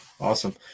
awesome